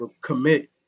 commit